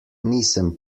nisem